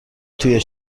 توی